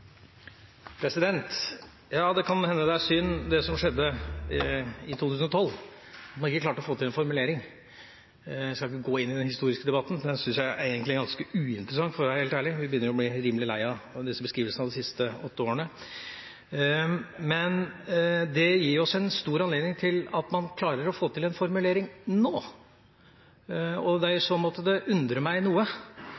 synd, det som skjedde i 2012, at man ikke klarte å få til en formulering. Jeg skal ikke gå inn i den historiske debatten. Den synes jeg egentlig er ganske uinteressant, for å være helt ærlig. Vi begynner å bli rimelig lei av disse beskrivelsene av de siste åtte årene. Men det gir oss en god anledning til å klare å få til en formulering nå. Det er i så måte det undrer meg noe